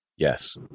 Yes